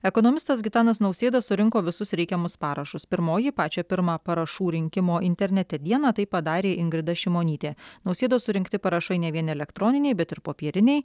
ekonomistas gitanas nausėda surinko visus reikiamus parašus pirmoji pačią pirmą parašų rinkimo internete dieną tai padarė ingrida šimonytė nausėdos surinkti parašai ne vien elektroniniai bet ir popieriniai